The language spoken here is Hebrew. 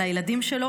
על הילדים שלו,